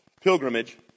pilgrimage